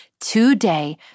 today